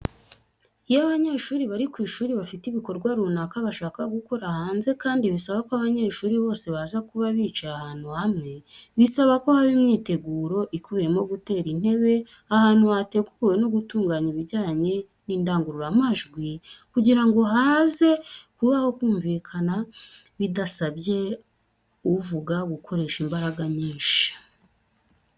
Iyo abanyeshuri bari ku ishuri bafite ibikorwa runaka bashaka gukorera hanze kandi bisaba ko abanyeshuri bose baza kuba bicaye ahantu hamwe, bisaba ko haba imyiteguro ikubiyemo gutera intebe ahantu hateguwe no gutunganya ibijyanye n'indangururamajwi kugira ngo haze kubaho kumvikana bidasabye uvuga gukoresha imbaraga nyinshi.